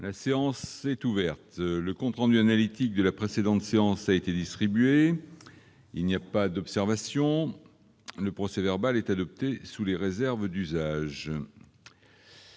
La séance est ouverte. Le compte rendu analytique de la précédente séance a été distribué. Il n'y a pas d'observation ?... Le procès-verbal est adopté sous les réserves d'usage.